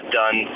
done